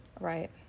Right